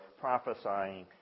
prophesying